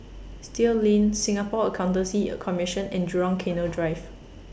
Still Lane Singapore Accountancy Commission and Jurong Canal Drive